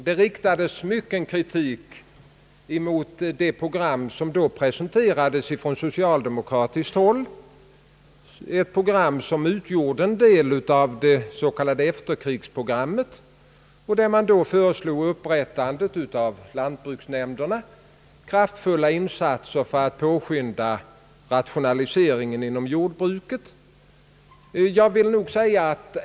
Det riktades den gången mycken kritik emot det program, som då presenterades ifrån Ssocialdemokratiskt håll och som utgjorde en del av det s.k. efterkrigsprogrammet. Där föreslogs inrättandet av lantbruksnämnderna och kraftfulla insatser för att påskynda rationaliseringen inom jordbruket.